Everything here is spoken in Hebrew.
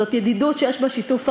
זאת ידידות שיש בה שיתוף ערכים,